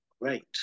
great